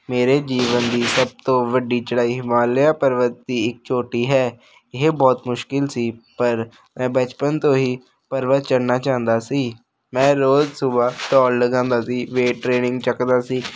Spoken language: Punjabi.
ਮੇਰੇ ਜੀਵਨ ਦੀ ਸਭ ਤੋਂ ਵੱਡੀ ਚੜ੍ਹਾਈ ਹਿਮਾਲਿਆ ਪਰਬਤ ਦੀ ਇੱਕ ਚੋਟੀ ਹੈ ਇਹ ਬਹੁਤ ਮੁਸ਼ਕਿਲ ਸੀ ਪਰ ਮੈਂ ਬਚਪਨ ਤੋਂ ਹੀ ਪਰਬਤ ਚੜ੍ਹਨਾ ਚਾਹੁੰਦਾ ਸੀ ਮੈਂ ਰੋਜ਼ ਸੁਬਹ ਦੌੜ ਲਗਾਉਂਦਾ ਸੀ ਵੇਟ ਟ੍ਰੇਨਿੰਗ ਚੁੱਕਦਾ ਸੀ